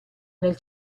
nel